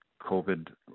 COVID